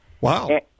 Wow